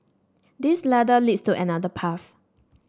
this ladder leads to another path